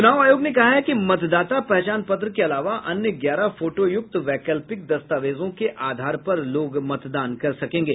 चुनाव आयोग ने कहा है कि मतदाता पहचान पत्र के अलावा अन्य ग्यारह फोटोयुक्त वैकल्पिक दस्तावेजों के आधार पर लोग मतदान कर सकेंगे